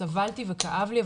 סבלתי וכאב לי,